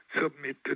submit